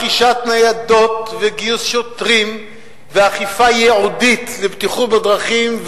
לרכישת ניידות ולגיוס שוטרים ולאכיפה ייעודית לבטיחות בדרכים,